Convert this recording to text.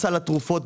סל התרופות,